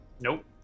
Nope